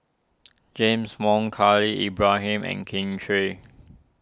James Wong Khalil Ibrahim and Kin Chui